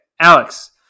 Alex